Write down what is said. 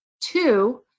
Two